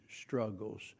struggles